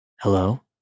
Hello